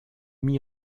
mis